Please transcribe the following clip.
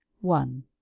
one